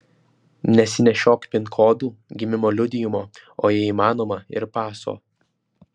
nesinešiok pin kodų gimimo liudijimo o jei įmanoma ir paso